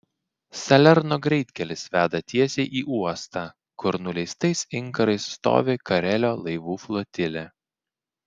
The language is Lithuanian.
salerno greitkelis veda tiesiai į uostą kur nuleistais inkarais stovi karelio laivų flotilė